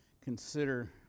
consider